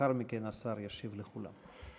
לאחר מכן השר ישיב לכולם.